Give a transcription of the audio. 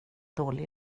dålig